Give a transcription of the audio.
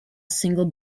single